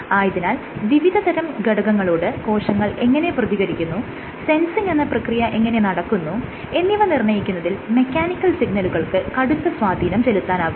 ആയതിനാൽ വിവിധതരം ഘടകങ്ങളോട് കോശങ്ങൾ എങ്ങനെ പ്രതികരിക്കുന്നു സെൻസിങ് എന്ന പ്രക്രിയ എങ്ങനെ നടക്കുന്നു എന്നിവ നിർണ്ണയിക്കുന്നതിൽ മെക്കാനിക്കൽ സിഗ്നലുകൾക്ക് കടുത്ത സ്വാധീനം ചെലുത്താനാകും